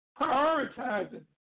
Prioritizing